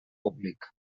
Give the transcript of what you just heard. públic